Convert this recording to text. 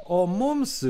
o mums